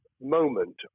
moment